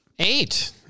eight